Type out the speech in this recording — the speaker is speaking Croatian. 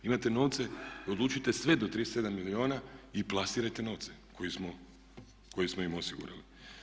Imate novce i odlučite sve do 37 milijuna i plasirajte novce koje smo im osigurali.